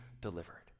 delivered